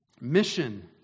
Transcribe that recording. Mission